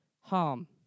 harm